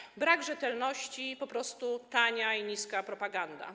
To jest brak rzetelności, po prostu tania i niska propaganda.